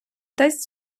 дасть